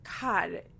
God